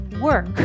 Work